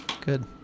Good